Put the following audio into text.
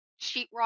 sheetrock